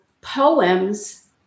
poems